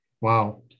wow